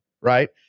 right